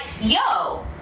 yo